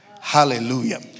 Hallelujah